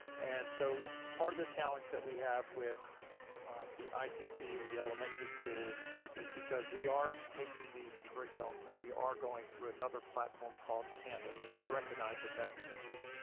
and so part of the challenge that we have with the icp and the elementary school is because we are taking these curriculums and we are going through another platform called canvas, and we recognize that that's an issue.